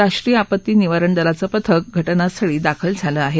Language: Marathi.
राष्ट्रीय आपत्ती निवारण दलाचं पथक घटनास्थळी दाखल झालं आहे